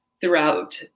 throughout